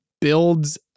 builds